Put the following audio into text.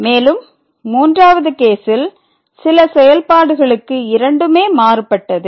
மேலும் 3 வது கேசில் சில செயல்பாடுகளுக்கு இரண்டுமே மாறுபட்டது